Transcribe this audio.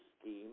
scheme